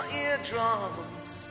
eardrums